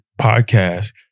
podcast